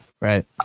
right